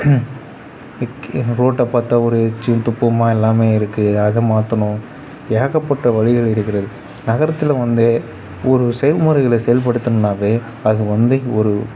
இந்த ரோட்டை பார்த்தா ஒரு எச்சில் துப்புமா எல்லாமே இருக்குது அதை மாற்றணும் ஏகப்பட்ட வழிகள் இருக்கிறது நகரத்தில் வந்து ஒரு செயல்முறைகளை செயல்படுத்தணுன்னாவே அது வந்து ஒரு